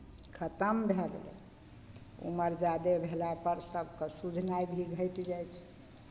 खतम भए गेलै उमर जादे भेलापर सभके सुझनाइ भी घटि जाइ छै